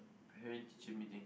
parent teacher meeting